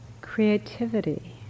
creativity